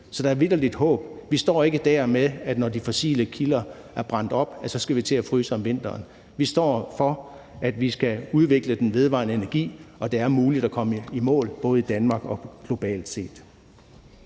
Så der er vitterlig håb. Vi står ikke med, at når de fossile kilder er brændt op, skal vi til at fryse om vinteren. Vi står over for, at vi skal udvikle den vedvarende energi, og det er muligt at komme i mål, både i Danmark og globalt set.